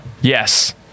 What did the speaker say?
yes